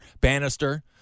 bannister